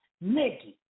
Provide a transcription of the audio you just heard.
Nikki